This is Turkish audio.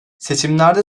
seçimlerde